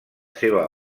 seva